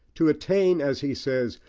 to attain, as he says,